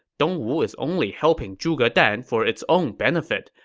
dongwu is only helping zhuge dan for its own benefit.